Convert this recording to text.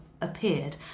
appeared